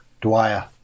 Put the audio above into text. Dwyer